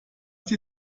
die